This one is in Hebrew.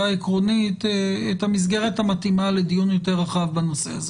העקרונית את המסגרת המתאימה לדיון יותר רחב בנושא הזה,